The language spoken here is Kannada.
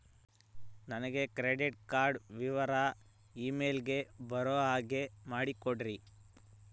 ನನಗೆ ಕ್ರೆಡಿಟ್ ಕಾರ್ಡ್ ವಿವರ ಇಮೇಲ್ ಗೆ ಬರೋ ಹಾಗೆ ಮಾಡಿಕೊಡ್ರಿ?